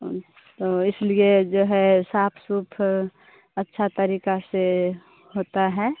तो इसलिए जो है साफ़ सफ़ाई अच्छे तरीके से होती है